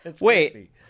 Wait